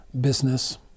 business